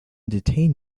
detain